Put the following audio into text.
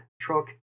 truck